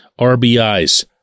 RBIs